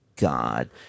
God